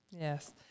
Yes